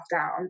down